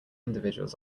individuals